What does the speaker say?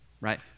Right